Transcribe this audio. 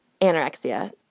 anorexia